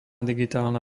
digitálna